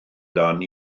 dan